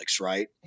right